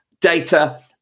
data